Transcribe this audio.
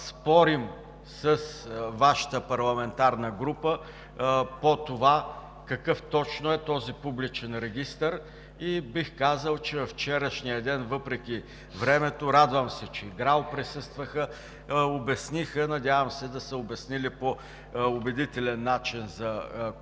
Спорим с Вашата парламентарна група по това какъв точно е този публичен регистър и бих казал, че във вчерашния ден, въпреки времето – радвам се, че и ГРАО присъстваха, обясниха по убедителен начин за колегите